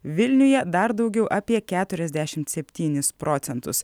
vilniuje dar daugiau apie keturiasdešimt septynis procentus